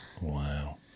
Wow